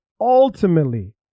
ultimately